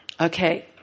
Okay